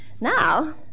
now